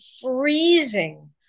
freezing